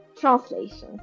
translations